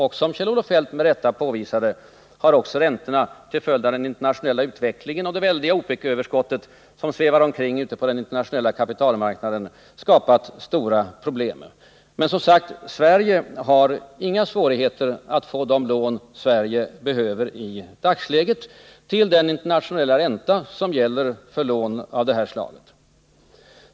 Och som Kjell-Olof Feldt med rätta påvisade har också räntorna till följd av den internationella utvecklingen och det väldiga OPEC-överskott som svävar omkring ute på den internationella marknaden skapat stora problem. Men, som sagt, Sverige har inga svårigheter att få de lån Sverige behöver i dagsläget, till den internationella ränta som gäller för lån av detta slag.